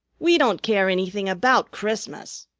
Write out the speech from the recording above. we don't care anything about christmas,